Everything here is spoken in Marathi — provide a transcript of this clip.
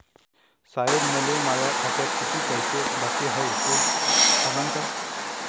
साहेब, मले माया खात्यात कितीक पैसे बाकी हाय, ते सांगान का?